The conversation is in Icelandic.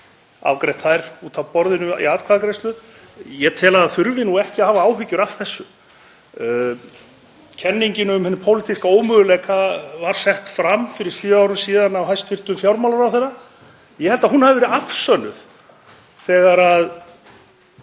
afgreitt þær út af borðinu í atkvæðagreiðslu. Ég tel að það þurfi ekki að hafa áhyggjur af þessu. Kenningin um hinn pólitíska ómöguleika var sett fram fyrir sjö árum síðan af hæstv. fjármálaráðherra. Ég held að hún hafi verið afsönnuð þegar